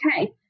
okay